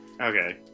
Okay